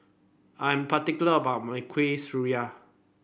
I'm particular about my Kueh Syara